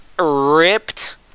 ripped